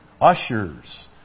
ushers